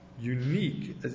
unique